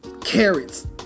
carrots